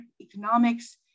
economics